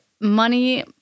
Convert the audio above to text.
money